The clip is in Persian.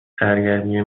سرگرمی